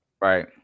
right